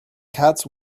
cats